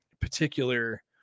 particular